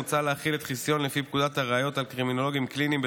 מוצע להחיל את החיסיון לפי פקודת הראיות על קרימינולוגים קליניים,